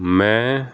ਮੈਂ